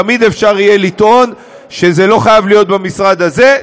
תמיד אפשר יהיה לטעון שזה לא חייב להיות במשרד הזה,